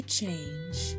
change